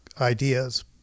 ideas